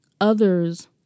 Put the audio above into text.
others